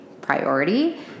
priority